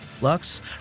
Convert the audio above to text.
Lux